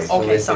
ah okay. so